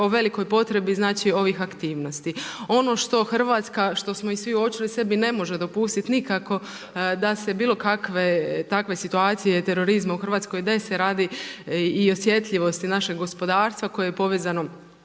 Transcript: o velikoj potrebi, znači ovih aktivnosti. Ono što Hrvatska, što smo i svi uočili, sebi ne može dopustiti nikako da se bilokakve takve situacije terorizma u Hrvatskoj dese radi i osjetljivosti našeg gospodarstva koje je povezano